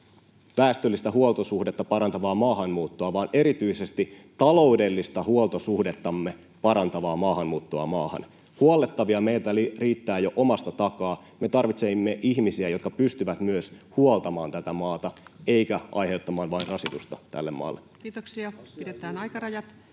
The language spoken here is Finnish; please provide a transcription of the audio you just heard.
väestöllistä huoltosuhdetta parantavaa maahanmuuttoa vaan erityisesti taloudellista huoltosuhdettamme parantavaa maahanmuuttoa maahan. Huollettavia meillä riittää jo omasta takaa. Me tarvitsemme ihmisiä, jotka pystyvät myös huoltamaan tätä maata eivätkä aiheuttamaan vain rasitusta tälle maalle. [Speech 50] Speaker: